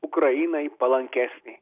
ukrainai palankesnė